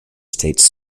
states